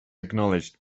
acknowledged